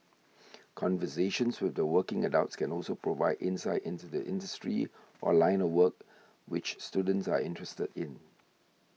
conversations with working adults can also provide insight into the industry or line of work which students are interested in